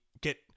get